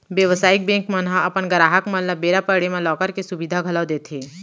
बेवसायिक बेंक मन ह अपन गराहक मन ल बेरा पड़े म लॉकर के सुबिधा घलौ देथे